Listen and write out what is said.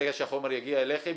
ברגע שהחומר יגיע אליכם,